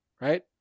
right